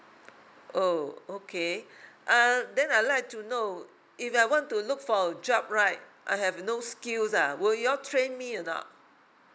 oh okay uh then I would like to know if I want to look for a job right I have no skill ah will you all train me or not